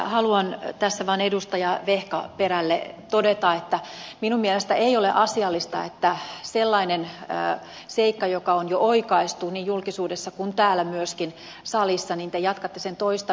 haluan tässä vain edustaja vehkaperälle todeta että minun mielestäni ei ole asiallista että te jatkatte sellaisen seikan toistamista joka on jo oikaistu niin julkisuudessa kuin myöskin täällä salissa niin te jatkatte sen toista